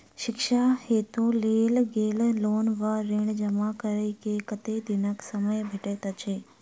शिक्षा हेतु लेल गेल लोन वा ऋण जमा करै केँ कतेक दिनक समय भेटैत अछि?